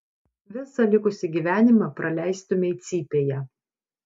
visą likusį gyvenimą praleistumei cypėje